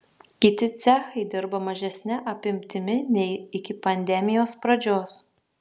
kiti cechai dirba mažesne apimtimi nei iki pandemijos pradžios